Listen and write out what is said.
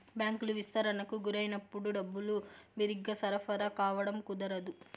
బ్యాంకులు విస్తరణకు గురైనప్పుడు డబ్బులు బిరిగ్గా సరఫరా కావడం కుదరదు